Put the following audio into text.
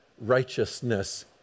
righteousness